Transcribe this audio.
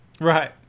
Right